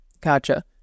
Gotcha